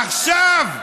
עכשיו,